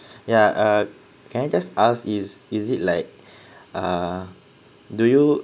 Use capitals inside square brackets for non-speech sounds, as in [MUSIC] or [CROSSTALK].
yeah uh can I just ask yous is it like [BREATH] ah do you